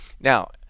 Now